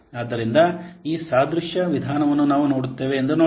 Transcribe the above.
ಆದ್ದರಿಂದ ಈ ಸಾದೃಶ್ಯ ವಿಧಾನವನ್ನು ನಾವು ನೋಡುತ್ತೇವೆ ಎಂದು ನೋಡೋಣ